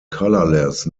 colorless